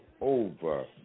over